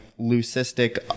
leucistic